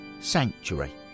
Sanctuary